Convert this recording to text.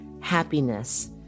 happiness